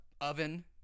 oven